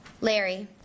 Larry